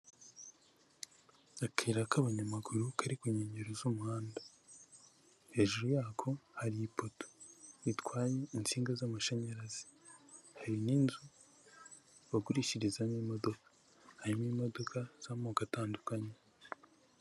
Akayira k'abanyamaguru kari ku nkengero z'umuhanda, hejuru yako hari ipoto ritwaye insinga z'amashanyarazi ,hari n'inzu bagurishirizamo imodoka, harimo imodoka zamoko atandukanye.